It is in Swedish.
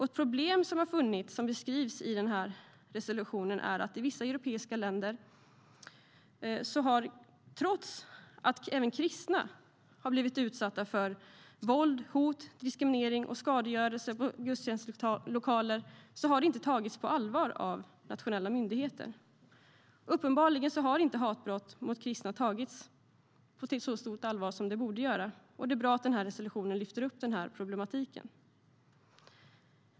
Ett problem som har funnits och som beskrivs i den här resolutionen är att trots att även kristna har blivit utsatta för våld, hot, diskriminering och skadegörelse på gudstjänstlokaler i vissa europeiska länder så har det ofta förbisetts av nationella myndigheter. Uppenbarligen har inte hatbrott mot kristna tagits på ett så stort allvar som det borde göra, och det är bra att denna resolution lyfter upp problematiken.